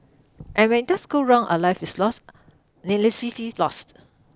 and when it does go wrong a life is lost needlessly lost